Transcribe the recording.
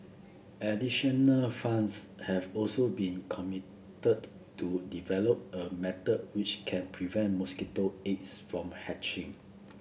additional funds have also been committed to develop a method which can prevent mosquito eggs from hatching